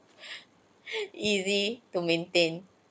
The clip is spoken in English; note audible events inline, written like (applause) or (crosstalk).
(laughs) easy to maintain